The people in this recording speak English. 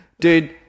Dude